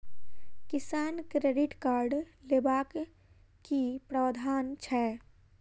किसान credit card लेबाक की प्रावधान छै?